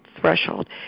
Threshold